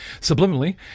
subliminally